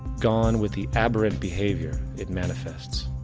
gone with the aberrant behavior it manifests.